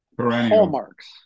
hallmarks